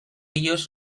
ellos